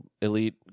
elite